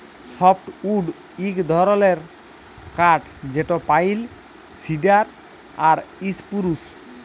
softwood ইক ধরলের কাঠ যেট পাইল, সিডার আর ইসপুরুস